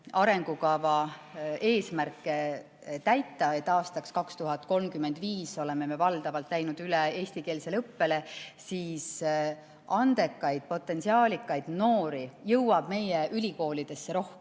arengukava eesmärgid täita, olles aastaks 2035 valdavalt läinud üle eestikeelsele õppele, siis andekaid potentsiaaliga noori jõuab meie ülikoolidesse rohkem.